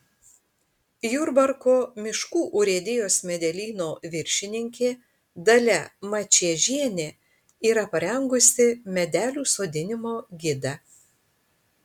jurbarko miškų urėdijos medelyno viršininkė dalia mačiežienė yra parengusi medelių sodinimo gidą